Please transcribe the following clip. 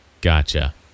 Gotcha